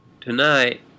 tonight